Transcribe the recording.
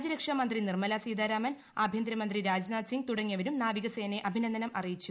രാജ്യരക്ഷാ മന്ത്രി നിർമല സീതാരാമൻ ആഭ്യന്തരമന്ത്രി രാജ്നാഥ് സിങ് തുടങ്ങിയവരും നാവികസേനയെ അഭിനന്ദനം അറിയിച്ചു